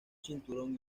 cinturón